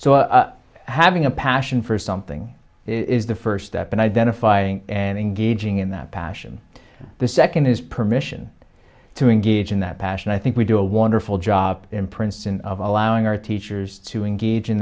so having a passion for something is the first step in identifying and engaging in that passion the second is permission to engage in that passion i think we do a wonderful job in princeton of allowing our teachers to engage in